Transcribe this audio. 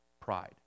pride